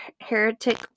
heretic